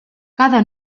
cada